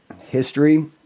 history